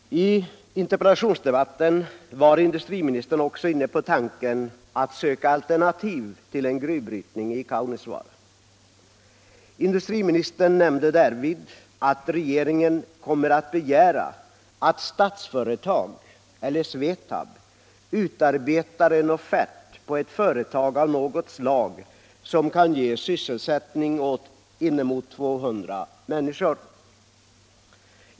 I interpellationsdebatten var industriministern också inne på tanken att söka alternativ till en gruvbrytning i Kaunisvaara. Industriministern nämnde därvid att regeringen kommer att begära att Statsföretag eller SVETAB utarbetat en offert på ett företag av något slag som kan ge sysselsättning åt inemot 200 människor.